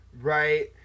right